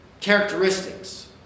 characteristics